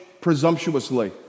presumptuously